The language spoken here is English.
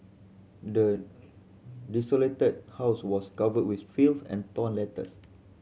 the desolated house was covered with filth and torn letters